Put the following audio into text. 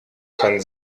kann